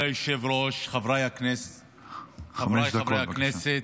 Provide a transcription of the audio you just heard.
כבוד היושב-ראש, חבריי חברי הכנסת,